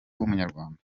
w’umunyarwanda